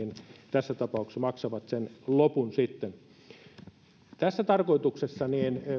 tässä tapauksessa maksavat sen lopun tässä tarkoituksessa